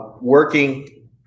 working